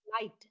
light